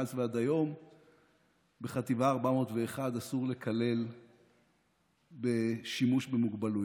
מאז ועד היום בחטיבה 401 אסור לקלל בשימוש במוגבלויות,